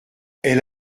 elle